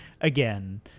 again